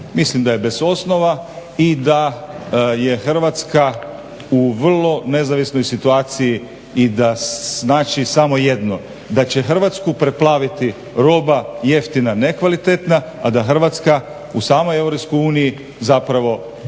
mislim da je bez osnova i da je Hrvatska u vrlo nezavisnoj situaciji i da znači samo jedno, da će Hrvatsku preplaviti roba jeftina, nekvalitetna, a da Hrvatska u samoj Europskoj